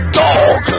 dog